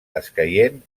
escaient